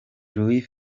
luiz